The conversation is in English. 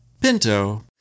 Pinto